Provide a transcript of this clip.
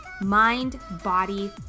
mind-body